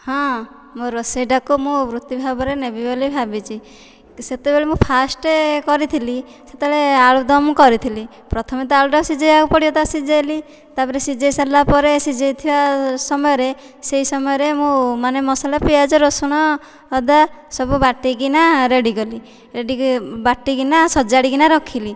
ହଁ ମୋ ରୋଷେଇଟାକୁ ମୁଁ ବୃତ୍ତି ଭାବରେ ନେବି ବୋଲି ଭାବିଛି ସେତେବେଳେ ମୁଁ ଫାଷ୍ଟେ କରିଥିଲି ସେତେବେଳେ ଆଳୁଦମ କରିଥିଲି ପ୍ରଥମେ ତ ଆଳୁଟାକୁ ସିଝେଇବାକୁ ପଡିବ ତ ସିଝେଇଲି ତାପରେ ସିଝେଇସାରିଲା ପରେ ସିଝେଇଥିବା ସମୟରେ ସେଇ ସମୟରେ ମୁଁ ମାନେ ମସଲା ପିଆଜ ରସୁଣ ଅଦା ସବୁ ବାଟିକିନା ରେଡି କଲି ବାଟିକିନା ସଜାଡ଼ି କିନା ରଖିଲି